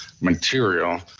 material